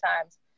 times